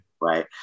Right